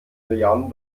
milliarde